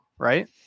right